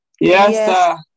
Yes